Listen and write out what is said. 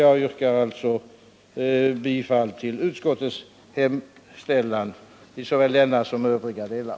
Jag yrkar bifall till utskottets hemställan i såväl denna som övriga delar.